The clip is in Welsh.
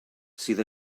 sydd